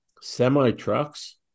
semi-trucks